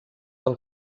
del